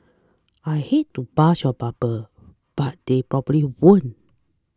I hate to burst your bubble but they probably won't